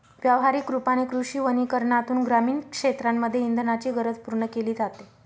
व्यवहारिक रूपाने कृषी वनीकरनातून ग्रामीण क्षेत्रांमध्ये इंधनाची गरज पूर्ण केली जाते